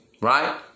right